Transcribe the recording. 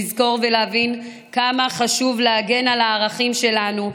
לזכור ולהבין כמה חשוב להגן על הערכים שלנו,